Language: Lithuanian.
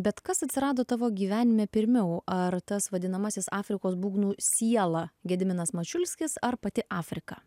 bet kas atsirado tavo gyvenime pirmiau ar tas vadinamasis afrikos būgnų siela gediminas mačiulskis ar pati afrika